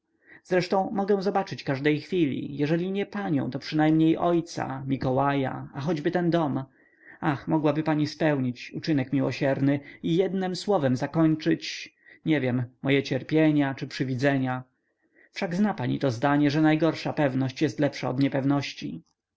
zresztą mogę zobaczyć każdej chwili jeżeli nie panią to przynajmniej ojca mikołaja a choćby ten dom ach mogłaby pani spełnić uczynek miłosierny i jednem słowem zakończyć nie wiem moje cierpienia czy przywidzenia wszak zna pani to zdanie że najgorsza pewność jest lepsza od niepewności